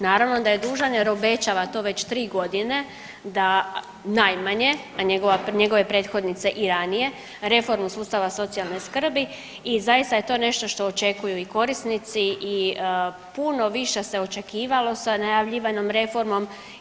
Naravno da je dužan jer obećava to već tri godine najmanje, njegove prethodnice i ranije reformu sustava socijalne skrbi i zaista je to nešto što očekuju i korisnici i puno više se očekivalo sa najavljivanom reformom.